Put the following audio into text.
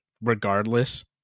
regardless